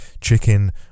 chicken